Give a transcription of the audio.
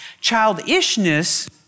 Childishness